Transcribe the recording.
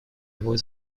его